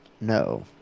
No